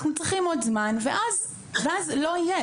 אנחנו צריכים עוד זמן ואז לא יהיה.